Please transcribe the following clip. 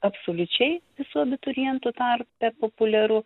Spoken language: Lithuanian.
absoliučiai visų abiturientų tarpe populiaru